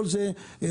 כל זה קיים,